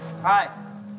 Hi